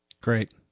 Great